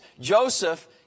Joseph